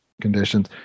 conditions